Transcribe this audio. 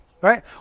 right